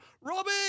Robbie